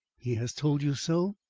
he has told you so?